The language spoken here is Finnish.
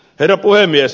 herra puhemies